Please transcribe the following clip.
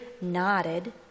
nodded